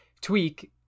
tweak